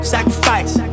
Sacrifice